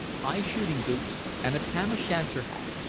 high shooting-boots and a tam-o'-shanter hat,